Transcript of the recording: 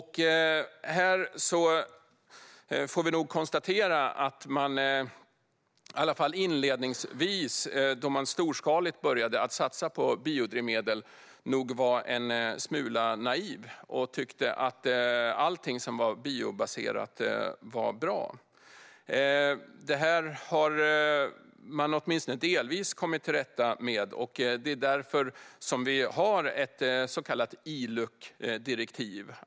Här får vi konstatera att man i varje fall inledningsvis då man storskaligt började satsa på biodrivmedel nog var en smula naiv och tyckte att allting som var biobaserat var bra. Det har man åtminstone delvis kommit till rätta med. Det är därför som vi har ett så kallat ILUC-direktiv.